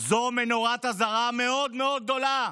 זו נורת אזהרה מאוד מאוד גדולה.